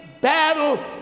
battle